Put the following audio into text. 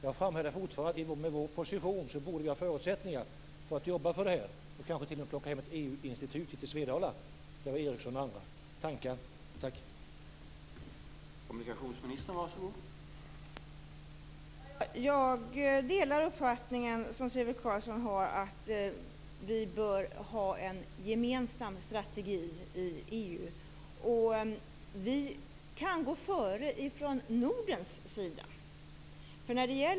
Jag framhärdar fortfarande att vi med vår position borde ha förutsättningar att jobba för detta och kanske t.o.m. att plocka hem ett EU-institut till Svedala, där vi har Ericsson och andra företag.